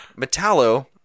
Metallo